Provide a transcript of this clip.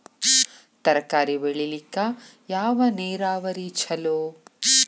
ತರಕಾರಿ ಬೆಳಿಲಿಕ್ಕ ಯಾವ ನೇರಾವರಿ ಛಲೋ?